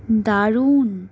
দারুন